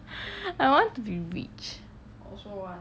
I want to be rich